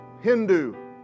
Hindu